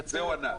על זה הוא ענה.